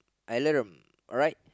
alarum alright